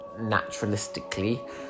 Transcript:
naturalistically